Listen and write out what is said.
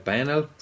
Panel